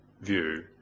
view